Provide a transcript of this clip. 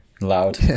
loud